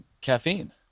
caffeine